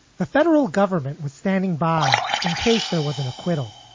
the federal government was standing by in case there was an acquittal.